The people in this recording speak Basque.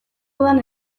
udan